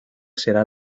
será